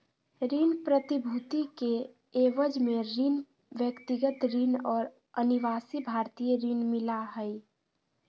ऋण प्रतिभूति के एवज में ऋण, व्यक्तिगत ऋण और अनिवासी भारतीय ऋण मिला हइ